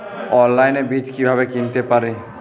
অনলাইনে বীজ কীভাবে কিনতে পারি?